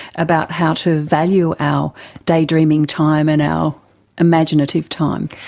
about how to value our daydreaming time and our imaginative time?